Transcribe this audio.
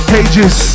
Pages